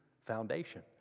foundation